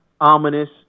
ominous